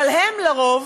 אבל הם לרוב